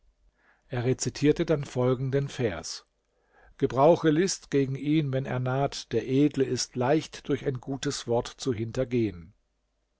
er rezitierte dann folgenden vers gebrauche list gegen ihn wenn er naht der edle ist leicht durch ein gutes wort zu hintergehen